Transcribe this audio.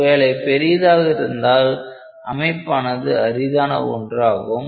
ஒருவேளை பெரியதாக இருந்தால் அமைப்பானது அரிதான ஒன்றாகும்